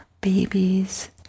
babies